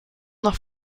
noch